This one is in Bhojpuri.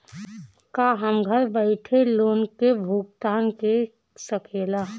का हम घर बईठे लोन के भुगतान के शकेला?